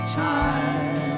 time